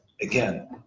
again